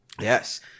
Yes